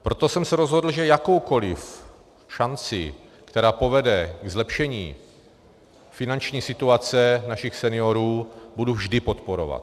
Proto jsem se rozhodl, že jakoukoliv šanci, která povede ke zlepšení finanční situace našich seniorů, budu vždy podporovat.